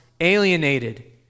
alienated